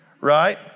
right